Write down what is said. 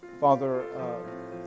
Father